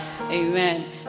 Amen